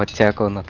but tackling